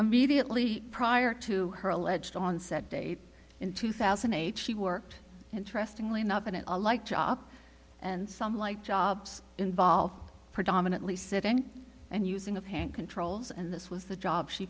immediately prior to her alleged onset date in two thousand age she worked interestingly enough and in a like job and some like jobs involved predominantly sitting and using of hand controls and this was the job she